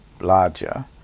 larger